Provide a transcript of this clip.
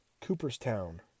Cooperstown